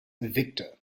victor